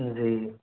जी